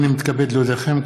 הינני מתכבד להודיעכם,